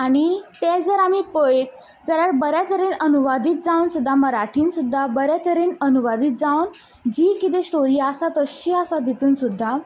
आनी तें जर आमी पयत जाल्यार बऱ्या तरेन अनुवादीत जावन सुद्दां मराठीन सुद्दां बऱ्या तरेन अनुवादीत जावन जी कितें स्टोरी आसा तश्शी आसा तितून सुद्दां